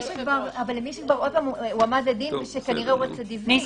אבל מי ששוב הועמד לדין שכנראה הוא רצידיביסט.